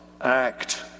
act